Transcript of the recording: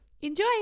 Enjoy